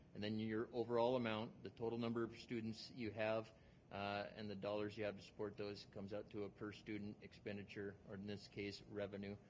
and then your overall amount, the total number of students you have and the dollars you have to support those comes out to a per student expenditure, or in this case, revenue.